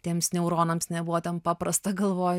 tiems neuronams nebuvo ten paprasta galvoj